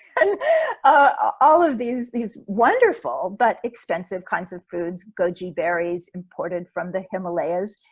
um ah all of these these wonderful but expensive kinds of foods, goji berries, imported from the himalayas,